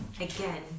again